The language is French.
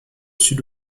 sud